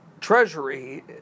Treasury